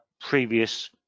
previous